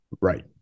right